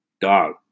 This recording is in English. Dog